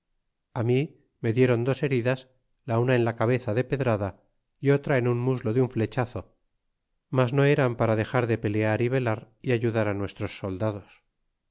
caballos mi me dieron dos heridas la una en la cabeza de pedrada y otra en un muslo de un flechazo mas no eran para dexar de pelear y velar y ayudar nuestros soldados